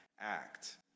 act